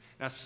Now